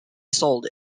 sold